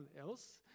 else